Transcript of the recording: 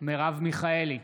מרב מיכאלי,